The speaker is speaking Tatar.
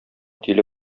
тиле